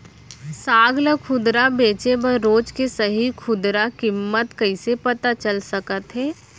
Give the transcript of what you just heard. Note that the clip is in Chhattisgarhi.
साग ला खुदरा बेचे बर रोज के सही खुदरा किम्मत कइसे पता चल सकत हे?